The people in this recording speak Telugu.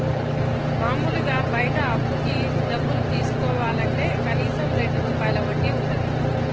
మాములుగా బయట అప్పుకి డబ్బులు తీసుకోవాలంటే కనీసం రెండు రూపాయల వడ్డీ వుంటది